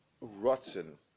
rotten